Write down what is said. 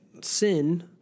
sin